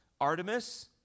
Artemis